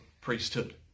priesthood